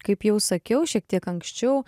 kaip jau sakiau šiek tiek anksčiau